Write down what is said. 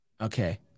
Okay